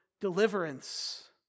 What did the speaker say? deliverance